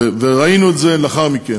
וראינו את זה לאחר מכן.